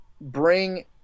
bring